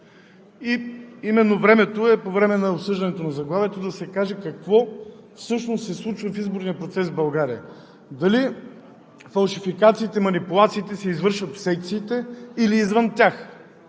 Именно по време на обсъждане на заглавието е време да се каже какво всъщност се случва в изборния процес в България: дали фалшификациите и манипулациите се извършват в секциите, или извън тях?